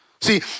See